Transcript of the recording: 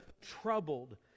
troubled